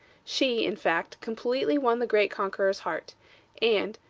she, in fact, completely won the great conqueror's heart and,